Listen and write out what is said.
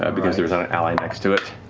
because there is not an ally next to it.